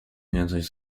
niecoś